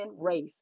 race